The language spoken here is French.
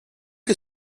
que